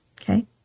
Okay